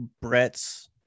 Brett's